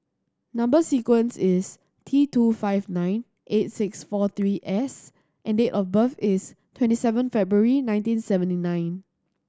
number sequence is T two five nine eight six four three S and date of birth is twenty seven February nineteen seventy nine